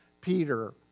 Peter